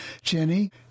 Jenny